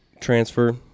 transfer